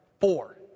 Four